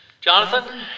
Jonathan